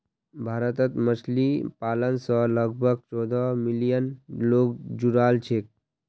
भारतत मछली पालन स लगभग चौदह मिलियन लोग जुड़ाल छेक